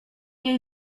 jej